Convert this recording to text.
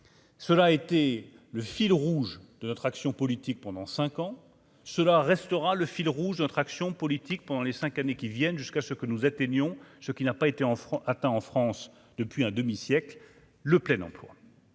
cela a été le fil rouge de notre action politique pendant 5 ans, cela restera le fil rouge de notre action politique pendant les 5 années qui viennent jusqu'à ce que nous atteignons ce qui n'a pas été en franc atteint en France depuis un demi-siècle, le plein emploi.